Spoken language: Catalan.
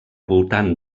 voltant